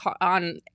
on